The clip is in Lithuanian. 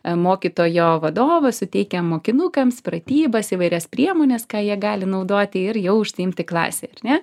mokytojo vadovas suteikia mokinukams pratybas įvairias priemones ką jie gali naudoti ir jau užsiimti klasėje ar ne